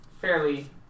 fairly